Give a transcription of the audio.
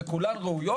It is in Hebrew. וכולן ראויות.